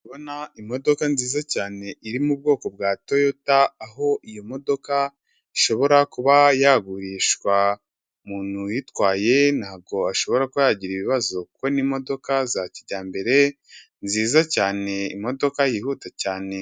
Bona imodoka nziza cyane iri mu ubwoko bwa Toyota. Aho iyo modoka ishobora kuba yagurishwa. Umuntu uyitwaye ntabwo ashobora ko yagira ibibazo kuko ni imodoka za kijyambere nziza cyane. Imodoka yihuta cyane.